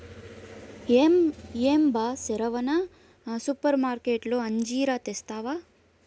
ఏం బా సెరవన సూపర్మార్కట్లో అంజీరా తెస్తివా